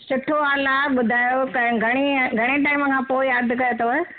सुठो हाल आ ॿुधायो ह घणी घणे टाइम खां पो याद कयो थव